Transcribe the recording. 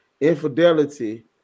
Infidelity